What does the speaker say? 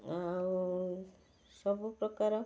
ଆଉ ସବୁ ପ୍ରକାର